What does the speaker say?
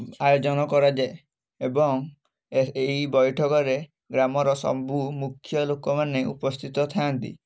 ଆୟୋଜନ କରାଯାଏ ଏବଂ ଏହି ଏଇ ବୈଠକରେ ଗ୍ରାମର ସବୁ ମୁଖ୍ୟ ଲୋକମାନେ ଉପସ୍ଥିତ ଥାଆନ୍ତି